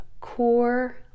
core